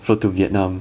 from to vietnam